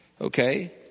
Okay